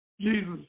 Jesus